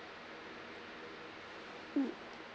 mm